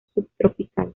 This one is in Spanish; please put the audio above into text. subtropical